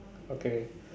okay